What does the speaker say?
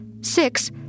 Six